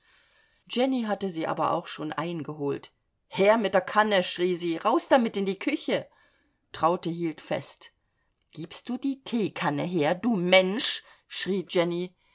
jenny hatte sie aber auch schon eingeholt her mit der kanne schrie sie raus damit in die küche traute hielt fest gibst du die teekanne her du mensch schrie jenny